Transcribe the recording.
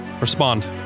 respond